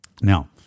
Now